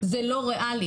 זה לא ריאלי.